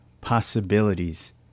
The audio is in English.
possibilities